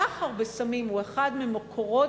הסחר בסמים הוא אחד מהמקורות